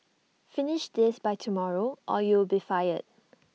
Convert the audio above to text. finish this by tomorrow or you will be fired